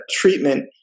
treatment